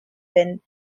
been